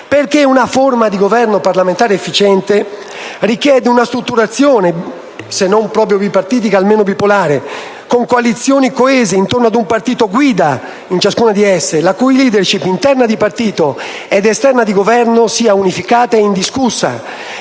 di una forma di Governo parlamentare efficiente, perché essa richiede una strutturazione, se non proprio bipartitica, almeno bipolare, con coalizioni coese intorno ad un partito guida, la cui *leadership* interna, di partito, ed esterna, di Governo, sia unificata e indiscussa